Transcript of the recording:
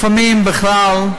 לפעמים, בכלל,